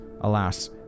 alas